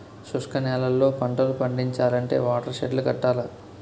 శుష్క నేలల్లో పంటలు పండించాలంటే వాటర్ షెడ్ లు కట్టాల